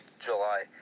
July